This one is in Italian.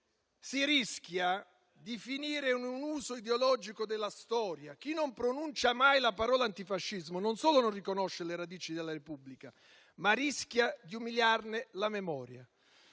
si rischia di finire in un uso ideologico della storia. Chi non pronuncia mai la parola antifascismo, non solo non riconosce le radici della Repubblica, ma rischia di umiliarne la memoria.